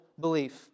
belief